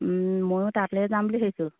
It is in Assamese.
ময়ো তাতে যাম বুলি ভাবিছোঁ